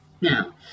Now